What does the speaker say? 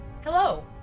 Hello